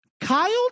Kyle